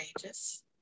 courageous